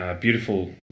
beautiful